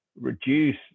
reduce